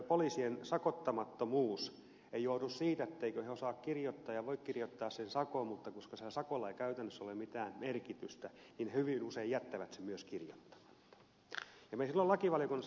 poliisien sakottamattomuus ei johdu siitä etteivätkö he osaa kirjoittaa ja voi kirjoittaa sitä sakkoa mutta koska sillä sakolla ei käytännössä ole mitään merkitystä niin he hyvin usein jättävät sen myös kirjoittamatta